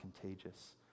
contagious